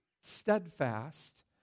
steadfast